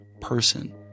person